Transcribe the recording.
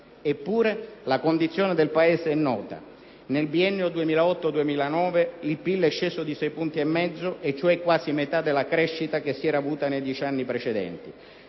Eppure la condizione del Paese è nota: nel biennio 2008-2009 il PIL è sceso di 6,5 punti, cioè quasi metà della crescita che si era avuta nei dieci anni precedenti.